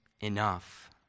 enough